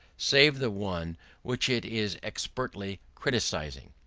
save the one which it is expressly criticising.